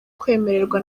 kwemererwa